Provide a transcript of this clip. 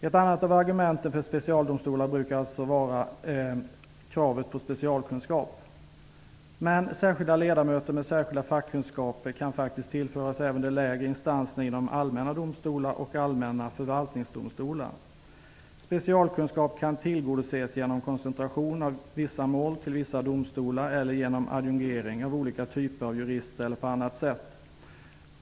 Ett annat av argumenten för specialdomstolar brukar vara kravet på specialkunskaper. Men särskilda ledamöter med särskilda fackkunskaper kan faktiskt även tillföras de lägre instanserna inom allmänna domstolar och allmänna förvaltningsdomstolar. Specialkunskap kan tillgodoses genom koncentration av vissa mål till vissa domstolar, genom adjungering av olika typer av jurister eller på annat sätt.